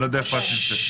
אני לא יודע איפה את נמצאת.